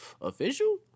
Official